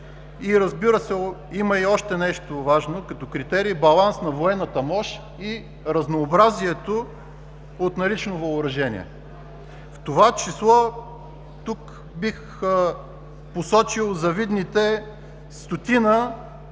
Разбира се, има и още нещо важно като критерии – баланс на военната мощ и разнообразието от налично въоръжение. В това число тук бих посочил завидните стотина